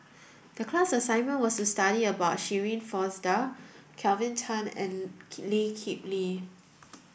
the class assignment was study about Shirin Fozdar Kelvin Tan and Lee Kip Lee